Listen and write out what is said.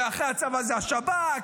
ואחרי הצבא זה השב"כ,